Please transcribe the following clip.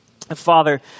Father